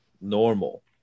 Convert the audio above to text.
normal